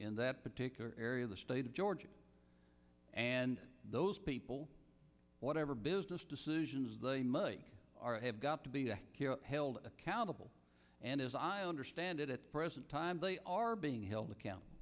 in that particular area of the state of georgia and those people whatever business decisions they might have got to be held accountable and as i understand it it sometimes they are being held accountable